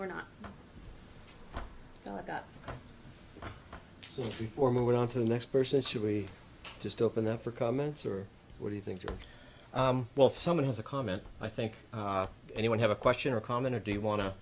we're not before moving on to the next person should we just open up for comments or what do you think well someone has a comment i think anyone have a question or comment or do you want to